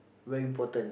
very important